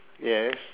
yes